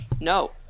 No